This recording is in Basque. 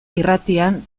irratian